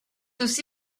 aussi